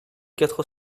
quatre